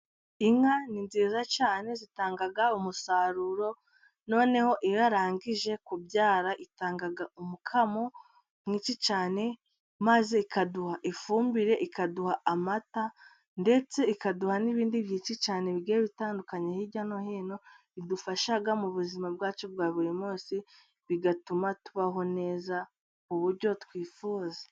Inka ni nziza cyane zitanga umusaruro, noneho iyo irangije kubyara itanga umukamo mwinshi cyane. Maze ikaduha ifumbire, ikaduha amata ndetse ikaduha n'ibindi byinshi cyane bigiye bitandukanye. Hirya no hino idufasha mu buzima bwacu bwa buri munsi bigatuma tubaho neza muburyo twifuza.